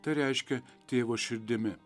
tai reiškia tėvo širdimi